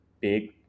big